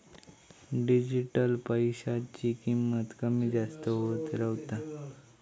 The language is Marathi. डिजिटल पैशाची किंमत कमी जास्त होत रव्हता